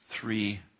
three